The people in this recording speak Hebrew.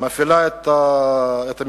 מפעילה את המכינות,